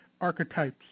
archetypes